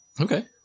Okay